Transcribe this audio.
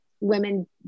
women